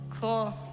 Cool